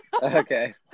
Okay